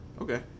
Okay